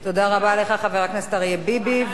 תודה רבה לך, חבר הכנסת אריה ביבי.